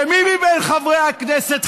ומי מבין חברי הכנסת,